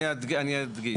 אני אדגיש.